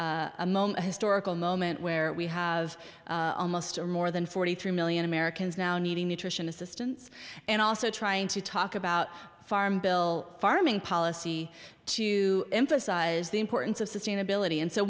moment historical moment where we have almost more than forty three million americans now needing nutrition assistance and also trying to talk about farm bill farming policy to emphasize the importance of sustainability and so